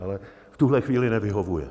Ale v tuhle chvíli nevyhovuje.